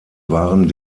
waren